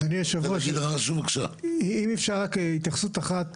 אדוני היושב-ראש, אם אפשר רק התייחסות אחת.